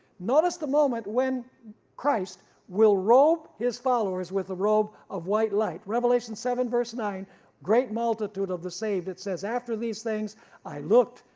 notice the moment when christ will robe his followers with the robe of white light. revelation seven verse nine great multitude of the saved it says. after these things i looked,